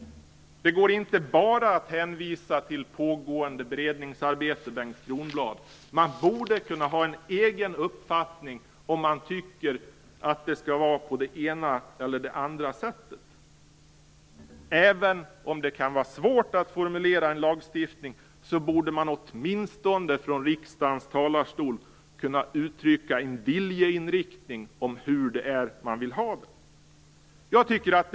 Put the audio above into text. Det går inte att bara hänvisa till pågående beredningsarbete, Bengt Kronblad. Man borde kunna ha en egen uppfattning och tycka att det skall vara på det ena eller andra sättet. Även om det kan vara svårt att formulera en lagstiftning borde man åtminstone från riksdagens talarstol kunna uttrycka en viljeinriktning om hur man vill ha det.